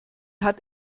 hat